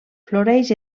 floreix